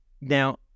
Now